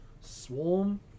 Swarm